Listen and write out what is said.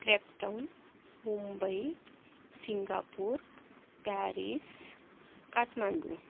crepe Town Mumbai Singapore Paris Kathmandu